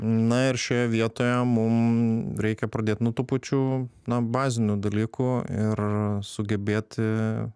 na ir šioje vietoje mum reikia pradėt nuo tų pačių na bazinių dalykų ir sugebėti